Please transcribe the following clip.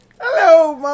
Hello